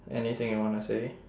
anything you want to say